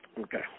Okay